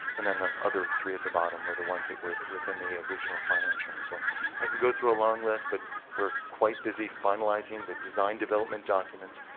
and then the other three at the bottom are the ones that were within the original financial. so i can go through a long list. but we're quite busy finalizing the design development documents,